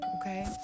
Okay